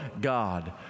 God